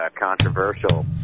controversial